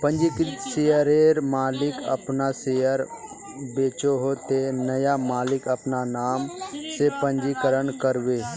पंजीकृत शेयरर मालिक अपना शेयर बेचोह ते नया मालिक अपना नाम से पंजीकरण करबे